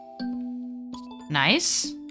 Nice